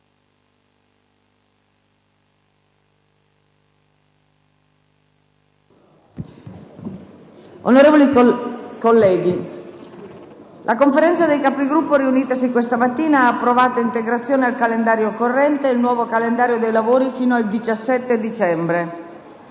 Onorevoli colleghi, la Conferenza dei Capigruppo, riunitasi questa mattina, ha approvato integrazioni al calendario corrente e il nuovo calendario dei lavori fino al 17 dicembre.